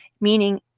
Meaning